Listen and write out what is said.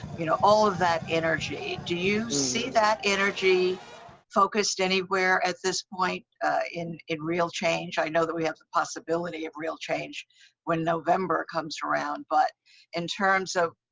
you know, all of that energy. do you see that energy focused anywhere at this point in, in real change? i know that we have the possibility of real change when november comes around, but in terms of,